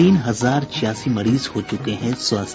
तीन हजार छियासी मरीज हो चुके हैं स्वस्थ